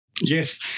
Yes